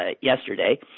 yesterday